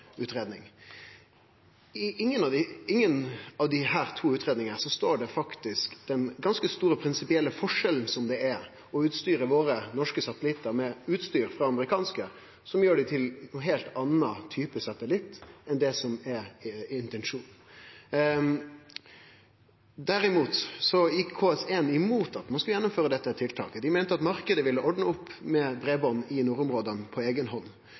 av desse to utgreiingane står det om den ganske store prinsipielle forskjellen det er å utstyre våre norske satellittar med utstyr frå amerikanske, som gjer det til ein heilt annan type satellitt enn det som er intensjonen. Derimot gjekk KS1 imot at ein skulle gjennomføre dette tiltaket. Dei meinte at marknaden ville ordne opp med breiband i nordområda på eiga hand,